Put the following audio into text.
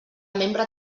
membre